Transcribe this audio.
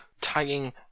Tagging